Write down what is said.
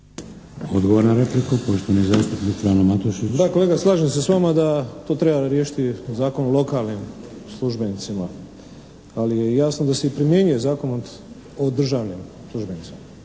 Odgovor na repliku, poštovani zastupnik Frano Matušić. **Matušić, Frano (HDZ)** Da, kolega, slažem se s vama da to treba riješiti Zakon o lokalnim službenicima, ali je jasno da se i primjenjuje Zakon o državnim službenicima,